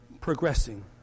progressing